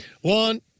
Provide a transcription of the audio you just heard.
one